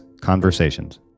Conversations